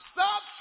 Stop